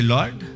Lord